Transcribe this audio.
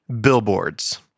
billboards